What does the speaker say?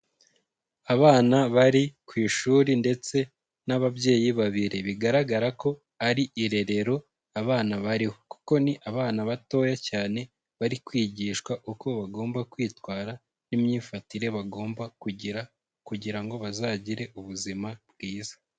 Abana bari ku ishuri ndetse n'ababyeyi babiri, bigaragara ko ari irerero abana bariho, kuko ni abana batoya cyane bari kwigishwa uko bagomba kwitwara n'imyifatire bagomba kugira kugira ngo bazagire ubuzima bwiza.